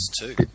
two